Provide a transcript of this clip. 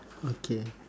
okay